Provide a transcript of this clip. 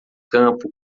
campo